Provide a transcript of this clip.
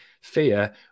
fear